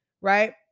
Right